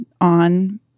on